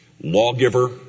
lawgiver